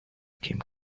vacuum